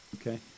Okay